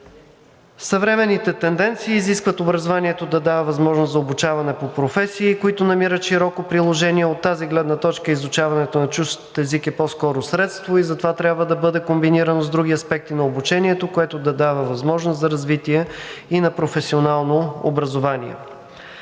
Съвременните тенденции изискват образованието да дава възможност за обучаване по професии, които намират широко приложение. От тази гледна точка изучаването на чужд език е по скоро средство и затова трябва да бъде комбинирано с други аспекти на обучението, което да дава възможност за развитие и на професионалното образование.